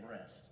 rest